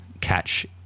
catch